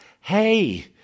hey